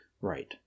Right